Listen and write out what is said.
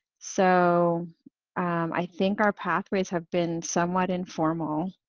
so i think our pathways have been somewhat informal,